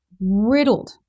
riddled